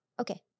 Okay